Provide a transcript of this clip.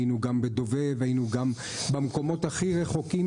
היינו גם בדוב"ב ובמקומות הכי רחוקים.